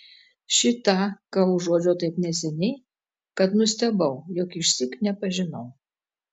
šį tą ką uodžiau taip neseniai kad nustebau jog išsyk nepažinau